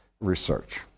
research